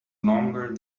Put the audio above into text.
longer